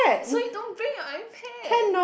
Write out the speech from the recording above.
so you don't bring your iPad